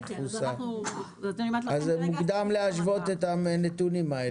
כלומר מוקדם להשוות את הנתונים האלה.